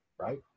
right